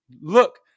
Look